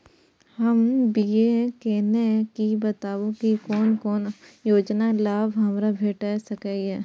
हम बी.ए केनै छी बताबु की कोन कोन योजना के लाभ हमरा भेट सकै ये?